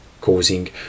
causing